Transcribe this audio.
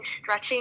stretching